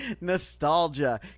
nostalgia